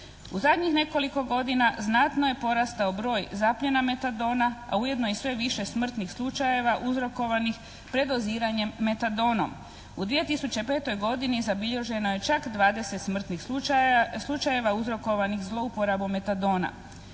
U zadnjih nekoliko godina znatno je porastao broj zapljena metadona a ujedno je i sve više smrtnih slučajeva uzrokovanih predoziranjem metadonom. U 2005. godini zabilježeno je čak 20 smrtnih slučajeva uzrokovanih zlouporabom metadona.